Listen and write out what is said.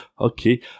okay